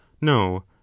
no